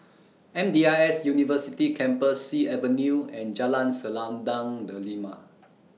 M D I S University Campus Sea Avenue and Jalan Selendang Delima